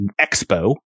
expo